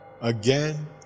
Again